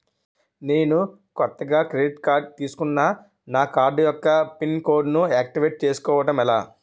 నేను కొత్తగా credit card తిస్కున్నా నా కార్డ్ యెక్క పిన్ కోడ్ ను ఆక్టివేట్ చేసుకోవటం ఎలా?